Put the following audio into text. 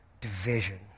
division